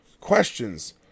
questions